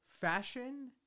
Fashion